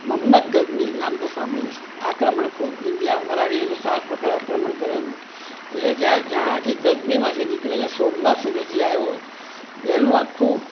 મોહમ્મદ ગઝની નામ તો સાંભળ્યું હશે આક્રમણખોર ઇન્ડિયા પર આવીને સાત વખત આક્રમણ કરેલું એ જ્યાં ગઝનીમાંથી નીકળીને સોમનાથ સુધી જે આવ્યો એનું આખું